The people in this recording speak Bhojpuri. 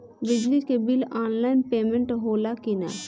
बिजली के बिल आनलाइन पेमेन्ट होला कि ना?